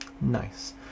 Nice